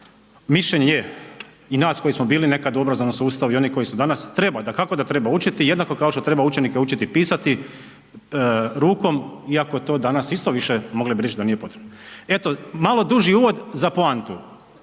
mišljenje je i nas koji smo bili nekad u obrazovnom sustavu i onih koji su danas, treba, dakako da treba učiti, jednako kao što treba učenike učiti pisati rukom iako to danas isto više, mogli bi reći da nije potrebno. Eto, malo duži uvod za poantu.